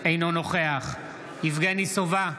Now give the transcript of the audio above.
אינו נוכח יבגני סובה,